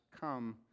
come